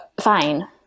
fine